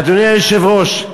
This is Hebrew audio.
אדוני היושב-ראש,